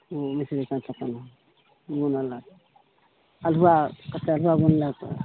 बुनलक अलहुआ बुनलक